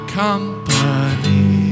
company